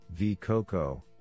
VCOCO